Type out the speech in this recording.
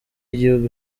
yigihugu